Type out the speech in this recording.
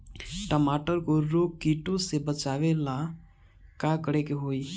टमाटर को रोग कीटो से बचावेला का करेके होई?